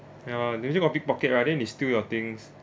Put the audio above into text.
ya usually got pickpocket right then they steal your things